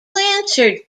blanchard